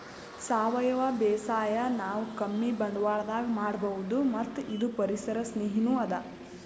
ಸಾವಯವ ಬೇಸಾಯ್ ನಾವ್ ಕಮ್ಮಿ ಬಂಡ್ವಾಳದಾಗ್ ಮಾಡಬಹುದ್ ಮತ್ತ್ ಇದು ಪರಿಸರ್ ಸ್ನೇಹಿನೂ ಅದಾ